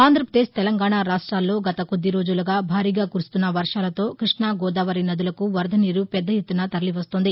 అంధ్రప్రదేశ్ తెలంగాణా రాష్టాల్లో గత కొద్ది రోజులుగా భారీగా కురుస్తున్న వర్షాలతో కృష్ణా గోదావరి నదులకు వరదనీరు ెపెద్దఎత్తున తరలివస్తోంది